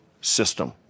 system